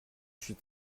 suis